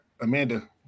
Amanda